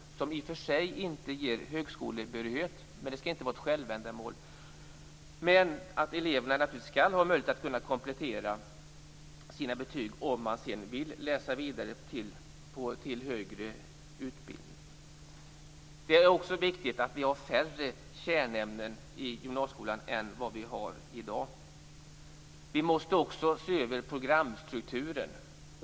Det ger i och för sig inte högskolebehörighet, men detta skall inte vara ett självändamål. Eleverna skall dock naturligtvis ha möjlighet att komplettera sina betyg om de vill läsa vidare till högre utbildning. Det är också viktigt att vi får färre kärnämnen i gymnasieskolan än vad vi har i dag. Vi måste vidare se över programstrukturen.